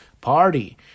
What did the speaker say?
party